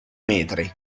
metri